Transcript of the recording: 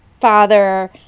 father